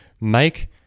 make